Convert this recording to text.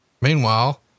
Meanwhile